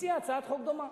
הציעה הצעת חוק דומה,